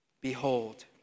behold